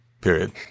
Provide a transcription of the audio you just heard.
period